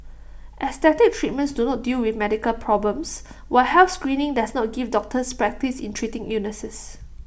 aesthetic treatments do not deal with medical problems while health screening does not give doctors practice in treating illnesses